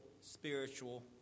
spiritual